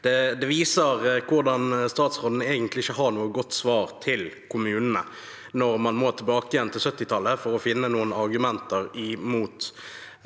Det viser at statsråden egentlig ikke har noe godt svar til kommunene, når man må tilbake til 1970-tallet for å finne noen argumenter mot